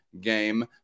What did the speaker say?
game